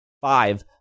five